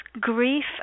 grief